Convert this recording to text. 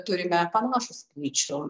turime panašų skaičių